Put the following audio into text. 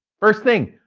first thing,